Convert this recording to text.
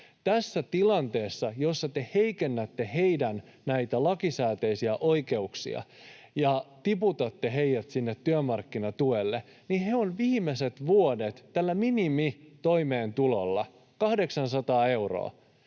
Tässä tilanteessa, jossa te heikennätte heidän näitä lakisääteisiä oikeuksiaan ja tiputatte heidät sinne työmarkkinatuelle, niin he ovat viimeiset vuodet tällä minimitoimeentulolla, 800 euroa,